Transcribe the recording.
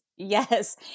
Yes